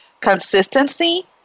consistency